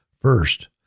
first